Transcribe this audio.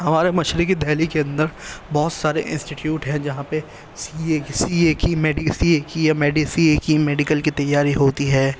ہمارے مشرقی دہلی کے اندر بہت سارے انسٹیٹیوٹ ہیں جہاں پہ سی اے کی سی اے کی سی اے کی یا سی اے کی میڈیکل کی تیاری ہوتی ہے